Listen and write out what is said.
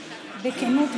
בכנות,